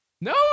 No